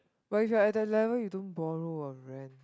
but if you are at that level you don't borrow or rent